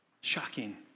shocking